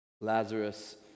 Lazarus